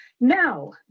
Now